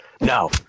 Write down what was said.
Now